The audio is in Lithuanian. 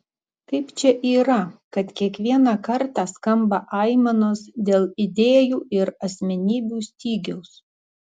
kaip čia yra kad kiekvieną kartą skamba aimanos dėl idėjų ir asmenybių stygiaus